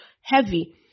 heavy